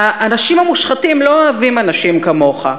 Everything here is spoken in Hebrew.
האנשים המושחתים לא אוהבים אנשים כמוך.